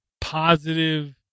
positive